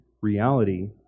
reality